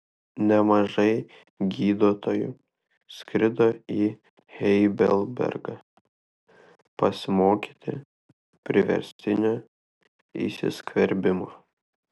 nemažai gydytojų skrido į heidelbergą pasimokyti priverstinio įsiskverbimo